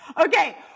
okay